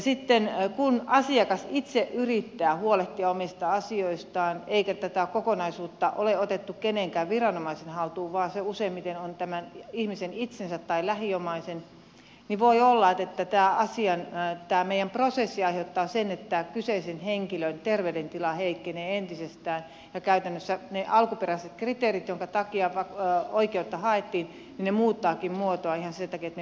sitten kun asiakas itse yrittää huolehtia omista asioistaan eikä tätä kokonaisuutta ole otettu kenenkään viranomaisen haltuun vaan se useimmiten on tämän ihmisen itsensä tai lähiomaisen hallussa niin voi olla että tämä meidän prosessi aiheuttaa sen että kyseisen henkilön terveydentila heikkenee entisestään ja käytännössä ne alkuperäiset kriteerit joiden takia oikeutta haettiin muuttavatkin muotoaan ihan sen takia että meidän prosessit eivät toimi